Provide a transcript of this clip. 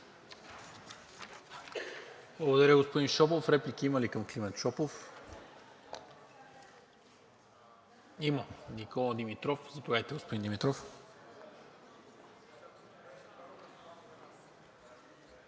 Благодаря, господин Шопов. Реплики има ли към Климент Шопов? Никола Димитров. Заповядайте, господин Димитров.